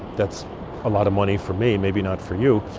that's a lot of money for me, maybe not for you.